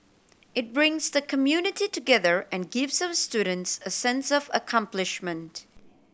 it brings the community together and gives our students a sense of accomplishment